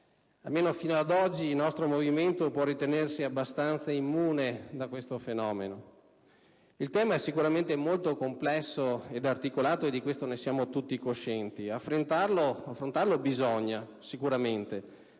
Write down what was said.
Almeno fino ad oggi il nostro movimento può ritenersi abbastanza immune da questo fenomeno. Il tema è sicuramente molto complesso ed articolato - di questo siamo coscienti - e affrontarlo è sicuramente